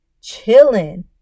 chilling